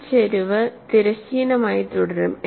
ഈ ചരിവ് തിരശ്ചീനമായി തുടരും